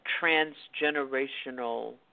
transgenerational